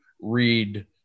read